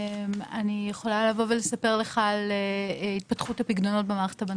אני יכולה לספר לך על התפתחות הפיקדונות במערכת הבנקאית.